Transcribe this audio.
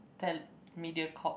tel~ Mediacorp